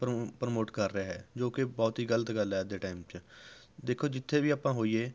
pro promote ਕਰ ਰਿਹਾ ਹੈ ਜੋ ਕਿ ਬਹੁਤ ਹੀ ਗ਼ਲਤ ਗੱਲ ਹੈ ਅੱਜ ਦੇ ਟਾਇਮ 'ਚ ਦੇਖੋ ਜਿੱਥੇ ਵੀ ਆਪਾਂ ਹੋਈਏ